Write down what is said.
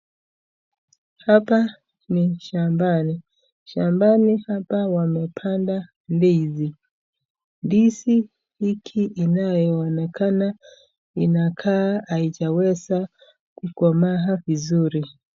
Hapa ni shambani. Shambani hapa wamepanda ndizi. Ndizi hiki inayoonekana inakaa haijaweza kukomaa vizuri.